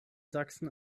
sachsen